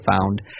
found